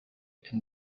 and